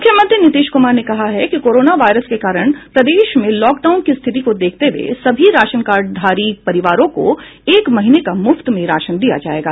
मुख्यमंत्री नीतीश कुमार ने कहा है कि कोरोना वायरस के कारण प्रदेश में लॉक डाउन की स्थिति को देखते हुए सभी राशन कार्डधारी परिवारों को एक महीने का मुफ्त में राशन दिया जायेगा